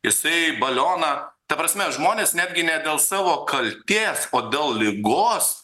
jisai balioną ta prasme žmonės netgi ne dėl savo kaltės o dėl ligos